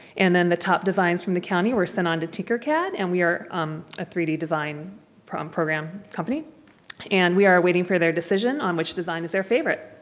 and then the top designs from the county were sent on to tinkercad and we are a three d design um program company and we are awaiting for their decision on which design is their favorite.